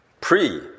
pre